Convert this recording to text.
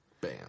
Bam